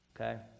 okay